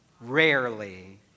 rarely